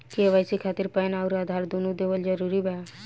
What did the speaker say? KYC खातिर PAN आउर आधार दुनों देवल जरूरी बा?